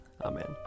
Amen